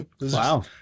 wow